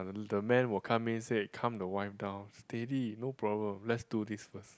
the man will come in say calm the wife down steady no problem let's do this first